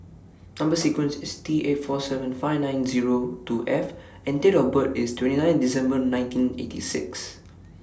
Number sequence IS T eight four seven five nine Zero two F and Date of birth IS twenty nine December nineteen eighty six